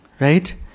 Right